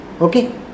Okay